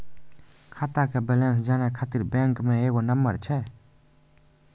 खाता के बैलेंस जानै ख़ातिर बैंक मे एगो नंबर छै?